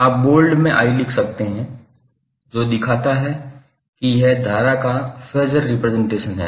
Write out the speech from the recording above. आप बोल्ड में 𝑰 लिख सकते हैं जो दिखाता है कि यह धारा का फेज़र रिप्रजेंटेशन है